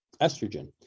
estrogen